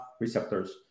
receptors